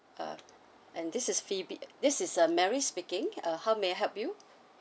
uh and this is phoebe this is uh mary speaking uh how may I help you